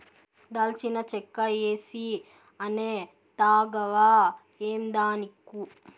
దాల్చిన చెక్క ఏసీ అనే తాగవా ఏందానిక్కు